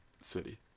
city